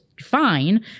fine